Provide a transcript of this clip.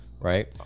right